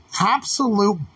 absolute